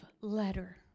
letter